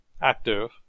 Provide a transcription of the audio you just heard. active